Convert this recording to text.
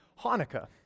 Hanukkah